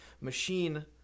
machine